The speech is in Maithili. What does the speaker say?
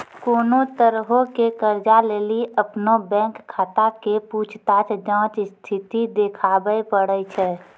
कोनो तरहो के कर्जा लेली अपनो बैंक खाता के पूछताछ जांच स्थिति देखाबै पड़ै छै